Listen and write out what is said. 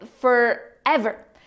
forever